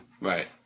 Right